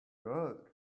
road